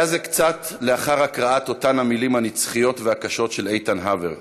היה זה קצת לאחר הקראת אותן המילים הנצחיות והקשות של איתן הבר,